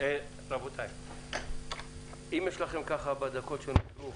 איך הגענו לאירועים?